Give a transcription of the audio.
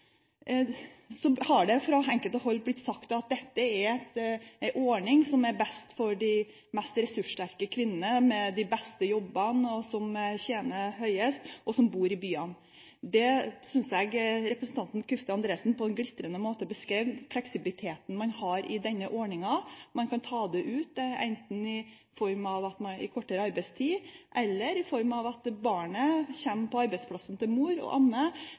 Så har det fra enkelte hold blitt sagt at dette er en ordning som er best for de mest ressurssterke kvinnene – de med de beste jobbene, de som tjener best, og som bor i byene. Jeg synes representanten Kvifte Andresen på en glitrende måte beskrev fleksibiliteten man har i denne ordningen. Man kan ta det ut i form av kortere arbeidstid eller at barnet kommer til arbeidsplassen til mor,